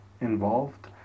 involved